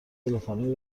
تلفنی